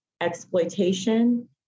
exploitation